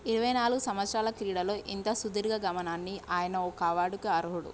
ఇరవై నాలుగు సంవత్సరాల క్రీడలో ఇంత సుదీర్ఘ గమనాన్ని ఆయన ఒక్క అవార్డుకి అర్హుడు